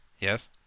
Yes